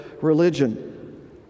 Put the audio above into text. religion